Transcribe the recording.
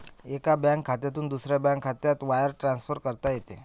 एका बँक खात्यातून दुसऱ्या बँक खात्यात वायर ट्रान्सफर करता येते